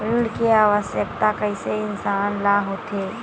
ऋण के आवश्कता कइसे इंसान ला होथे?